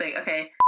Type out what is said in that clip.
Okay